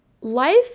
Life